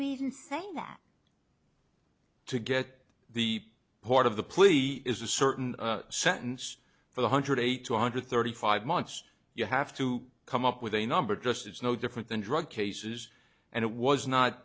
that to get the part of the plea is a certain sentence for one hundred eight two hundred thirty five months you have to come up with a number just it's no different than drug cases and it was not